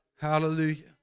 Hallelujah